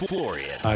Florian